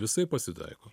visaip pasitaiko